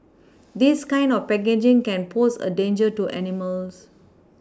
this kind of packaging can pose a danger to animals